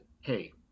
hey